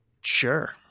sure